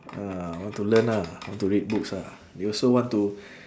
ah want to learn ah want to read books ah they also want to